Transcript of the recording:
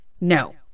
No